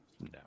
no